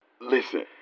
Listen